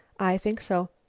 i think so.